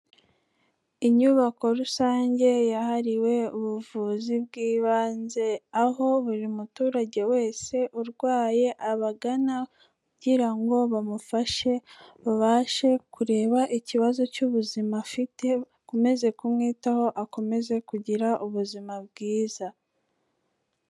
Inyubako rusange yahariwe ubuvuzi bw'ibanze, aho buri muturage wese urwaye abagana kugira ngo bamufashe babashe kureba ikibazo cy'ubuzima afite, bakomeze kumwitaho akomeze kugira ubuzima bwiza.